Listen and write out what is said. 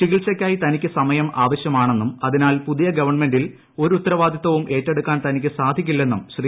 ചികിത്സയ്ക്കായി തനിക്ക് സമയം ആവശ്യമാണെന്നും അതിനാൽ പുതിയ ഗവൺമെന്റിൽ ഒരു ഉത്തരവാദിത്തവും ഏറ്റെടുക്കാൻ തനിക്ക് സാധിക്കില്ലെന്നും ശ്രീ